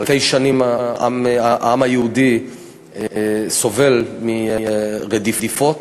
אלפי שנים העם היהודי סובל מרדיפות,